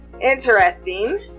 interesting